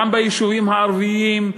גם ביישובים הערביים,